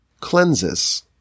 cleanses